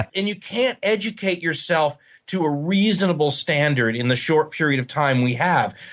and you can't educate yourself to a reasonable standard in the short period of time we have.